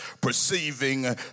perceiving